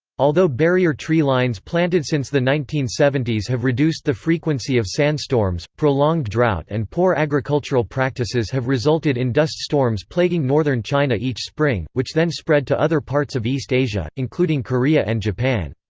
although barrier tree lines planted since the nineteen seventy s have reduced the frequency of sandstorms, prolonged drought and poor agricultural practices have resulted in dust storms plaguing northern china each spring, which then spread to other parts of east asia, including korea and japan.